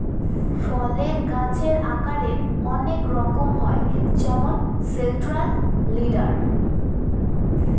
ফলের গাছের আকারের অনেক রকম হয় যেমন সেন্ট্রাল লিডার